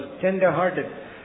tender-hearted